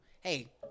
Hey